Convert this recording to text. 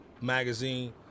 Magazine